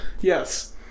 Yes